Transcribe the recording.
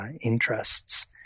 interests